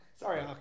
Sorry